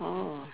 oh